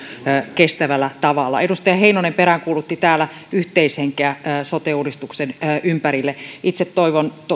kestävällä tavalla edustaja heinonen peräänkuulutti täällä yhteishenkeä sote uudistuksen ympärille itse toivon